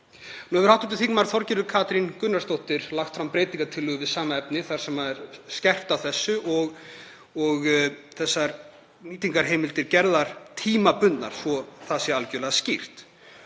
Nú hefur hv. þm. Þorgerður Katrín Gunnarsdóttir lagt fram breytingartillögu við sama efni þar sem er skerpt á þessu og nýtingarheimildir gerðar tímabundnar, svo það sé algerlega skýrt.